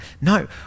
No